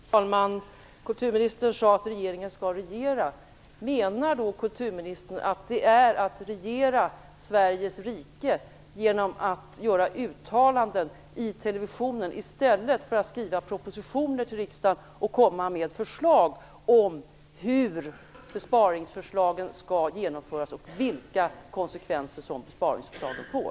Fru talman! Kulturministern sade att regeringen skall regera. Menar kulturministern att det är att regera Sveriges rike när man gör uttalanden i televisionen, i stället för att skriva propositioner till riksdagen och komma med förslag om hur besparingarna skall genomföras och vilka konsekvenser besparingsförslagen får?